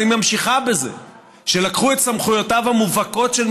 אבל היא ממשיכה בזה שלקחו את סמכויותיו המובהקות של